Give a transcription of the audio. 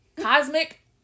Cosmic